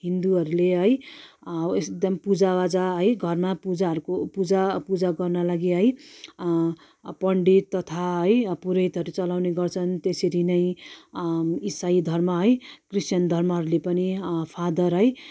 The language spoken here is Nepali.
हिन्दूहरूले है एकदम पूजा आजा है घरमा पूजाहरूको पूजा पूजा गर्नका लागि है पन्डित तथा है पुरोहितहरू चलाउने गर्छन् त्यसरी नै इसाई धर्म है क्रिश्चियन धर्महरूले पनि फादर है